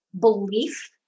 belief